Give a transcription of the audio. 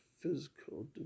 physical